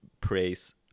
praise